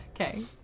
Okay